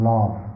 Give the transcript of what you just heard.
Love